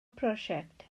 prosiect